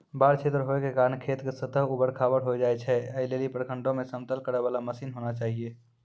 बाढ़ क्षेत्र होय के कारण खेत के सतह ऊबड़ खाबड़ होय जाए छैय, ऐ लेली प्रखंडों मे समतल करे वाला मसीन होना चाहिए?